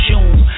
June